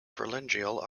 pharyngeal